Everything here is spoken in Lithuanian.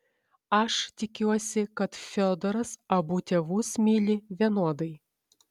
aš tikiuosi kad fiodoras abu tėvus myli vienodai